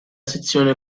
sezione